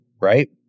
right